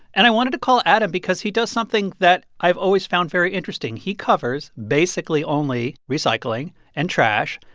and i wanted to call adam because he does something that i've always found very interesting he covers basically only recycling and trash,